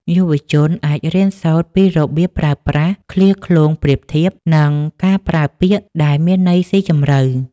យុវជនអាចរៀនសូត្រពីរបៀបប្រើប្រាស់ឃ្លាឃ្លោងប្រៀបធៀប និងការប្រើពាក្យដែលមានន័យស៊ីជម្រៅ